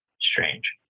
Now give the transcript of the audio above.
strange